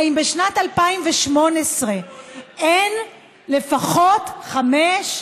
האם בשנת 2018 אין לפחות חמש,